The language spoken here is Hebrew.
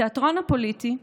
בתיאטרון הפוליטי,